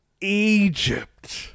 Egypt